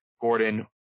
Gordon